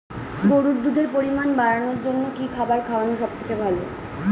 গরুর দুধের পরিমাণ বাড়ানোর জন্য কি খাবার খাওয়ানো সবথেকে ভালো?